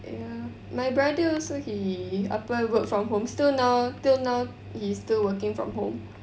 my brother also he apa work from home still now till now he's still working from home